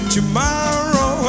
Tomorrow